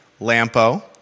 Lampo